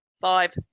Five